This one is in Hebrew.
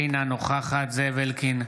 אינה נוכחת זאב אלקין,